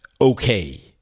okay